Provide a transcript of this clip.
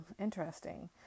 interesting